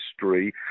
History